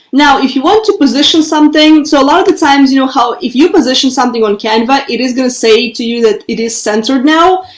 now if you want to position something so a lot of the times you know how if you position something on canva, it is going to say to you that it is centered now.